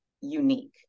unique